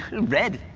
red,